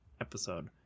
episode